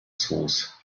zoos